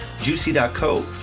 juicy.co